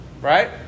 Right